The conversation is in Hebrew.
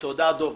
תודה, דב.